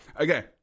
Okay